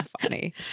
funny